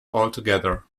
altogether